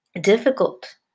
difficult